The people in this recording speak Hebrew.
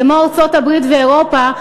כמו ארצות-הברית ואירופה,